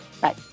Bye